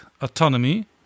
autonomy